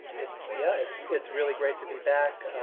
it's yeah it's it's really great to be back.